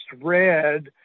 read